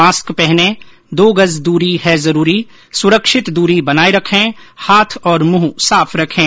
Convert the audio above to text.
mask पहनें दो गज दूरी है जरूरी सुरक्षित दूरी बनाये रखें हाथ और मुंह साफ रखें